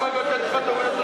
בדיוק את זה.